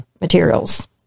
materials